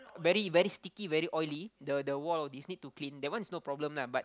very very sticky very oily the the wall all these need to clean that one is no problem lah but